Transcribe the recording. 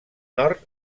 nord